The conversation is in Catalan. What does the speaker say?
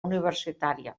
universitària